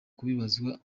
kubibazwa